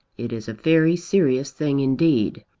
it is a very serious thing indeed.